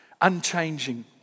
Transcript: unchanging